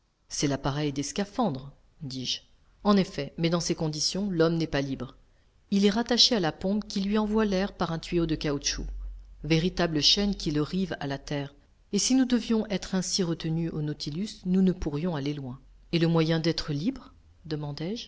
c'est l'appareil des scaphandres dis-je en effet mais dans ces conditions l'homme n'est pas libre il est rattache à la pompe qui lui envoie l'air par un tuyau de caoutchouc véritable chaîne qui le rive à la terre et si nous devions être ainsi retenus au nautilus nous ne pourrions aller loin et le moyen d'être libre